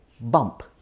bump